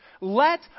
let